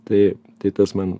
tai tai tas man